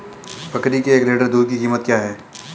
बकरी के एक लीटर दूध की कीमत क्या है?